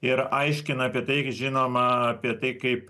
ir aiškina apie tai žinoma apie tai kaip